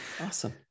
Awesome